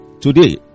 today